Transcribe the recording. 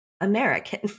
American